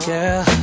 Girl